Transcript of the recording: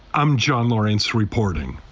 i'm john lawrence reporting.